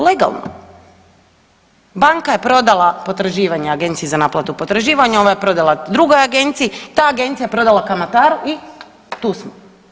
Legalno, banka je prodala potraživanja agenciji za naplatu potraživanja, ova je prodala drugoj agenciji, ta agencija je prodala kamataru i tu smo.